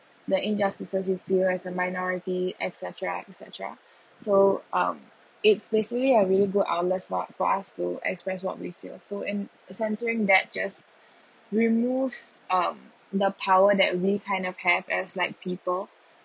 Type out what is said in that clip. the injustices you feel as a minority et cetera et cetera so um it's basically a really good outlet valve for us to express what we feel so in censoring that just removes um the power that we kind of have as like people